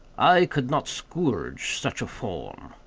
i could not scourge such a form.